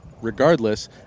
regardless